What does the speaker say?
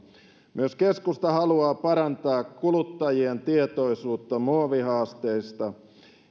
myös keskusta haluaa parantaa kuluttajien tietoisuutta muovihaasteista